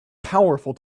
powerful